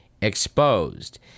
Exposed